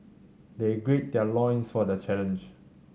they gird their loins for the challenge